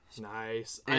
Nice